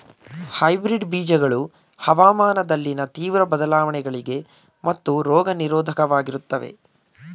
hybrid ಬೀಜಗಳು ಹವಾಮಾನದಲ್ಲಿನ ತೀವ್ರ ಬದಲಾವಣೆಗಳಿಗೆ ಮತ್ತು ರೋಗ ನಿರೋಧಕವಾಗಿರುತ್ತವೆ